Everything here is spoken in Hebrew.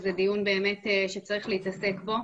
זה דיון באמת שצריך להתעסק בו.